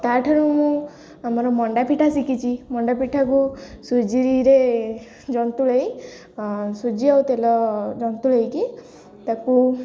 ତା'ଠାରୁ ମୁଁ ଆମର ମଣ୍ଡା ପିଠା ଶିଖିଛି ମଣ୍ଡା ପିଠାକୁ ସୁଜିରେ ଜନ୍ତୁଳେଇ ସୁଜି ଆଉ ତେଲ ଜନ୍ତୁଳେଇକି ତାକୁ